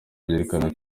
byerekana